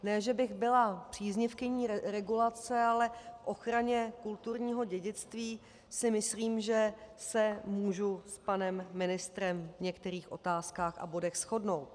Ne že bych byla příznivkyní regulace, ale k ochraně kulturního dědictví si myslím, že se můžu s panem ministrem v některých otázkách a bodech shodnout.